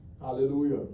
Hallelujah